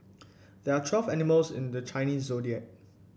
there are twelve animals in the Chinese Zodiac